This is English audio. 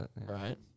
Right